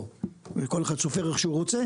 כל אחד סופר אילך שהוא רוצה